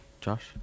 Josh